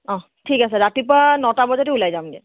অঁ ঠিক আছে ৰাতিপুৱা নটা বজাতে ওলাই যাম